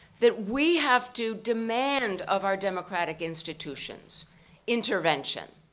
that we have to demand of our democratic institutions intervention.